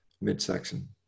midsection